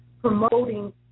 promoting